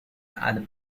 and